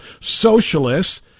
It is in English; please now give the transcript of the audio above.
socialists